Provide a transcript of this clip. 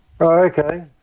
Okay